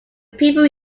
people